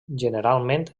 generalment